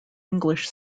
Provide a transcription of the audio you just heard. english